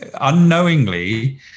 unknowingly